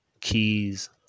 Keys